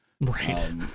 Right